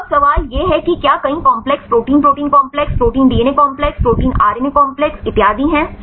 तो अब सवाल यह है कि क्या कई complex protein protein complex protein DNA complex protein RNA complex इतियादी हैं